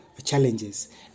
challenges